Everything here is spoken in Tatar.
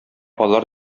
алар